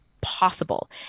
possible